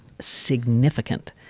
significant